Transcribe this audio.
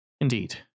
Indeed